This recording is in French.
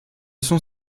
sont